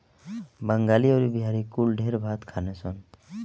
बंगाली अउरी बिहारी कुल ढेर भात खाने सन